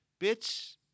bitch